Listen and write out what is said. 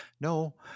no